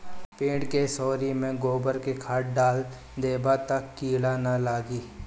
पेड़ के सोरी में गोबर के खाद डाल देबअ तअ कीरा नाइ लागी